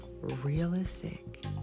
Realistic